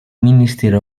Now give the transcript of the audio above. minister